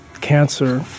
cancer